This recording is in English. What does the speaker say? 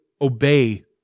obey